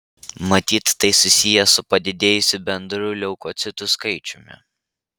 matyt tai susiję su padidėjusiu bendru leukocitų skaičiumi